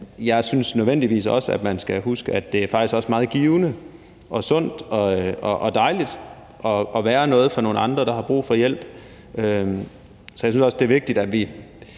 jeg bestemt også synes, at man skal huske, at det faktisk også er meget givende og sundt og dejligt at være noget for nogle, der har brug for hjælp. Så jeg synes, det er vigtigt, at vi